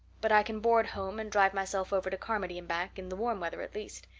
but i can board home and drive myself over to carmody and back, in the warm weather at least.